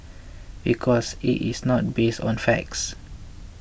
because it is not based on facts